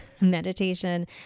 meditation